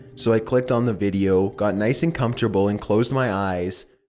so i clicked on the video, got nice and comfortable and closed my eyes.